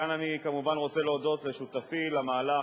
כאן אני רוצה להודות לשותפי למהלך,